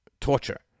torture